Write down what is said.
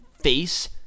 face